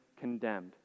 condemned